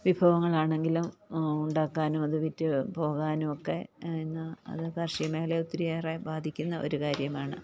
വിഭവങ്ങൾ ആണെങ്കിലും ഉണ്ടാക്കാനും അത് വിറ്റു പോകാനുമൊക്കെ ഇന്ന് അത് കാർഷിക മേഖലയെ ഒത്തിരിയേറെ ബാധിക്കുന്ന ഒരു കാര്യമാണ്